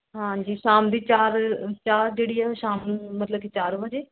ਹਾਂਜੀ ਸ਼ਾਮ ਦੀ ਚਾਰ ਚਾਹ ਜਿਹੜੀ ਆ ਸ਼ਾਮ ਨੂੰ ਮਤਲਬ ਕਿ ਚਾਰ ਵਜੇ